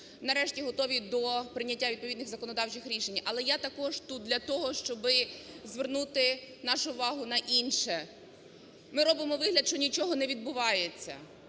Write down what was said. нарешті готові до прийняття відповідних законодавчих рішень. Але я також тут для того, щоб звернути нашу увагу на інше. Ми робимо вигляд, що нічого не відбувається,